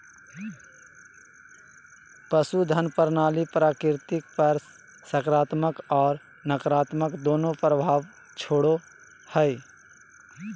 पशुधन प्रणाली प्रकृति पर सकारात्मक और नकारात्मक दोनों प्रभाव छोड़ो हइ